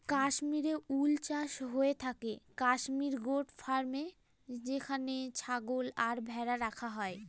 Kashmiri wool চাষ হয়ে থাকে কাশ্মির গোট ফার্মে যেখানে ছাগল আর ভেড়া রাখা হয়